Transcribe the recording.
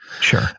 Sure